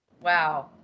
Wow